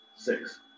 Six